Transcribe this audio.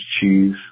cheese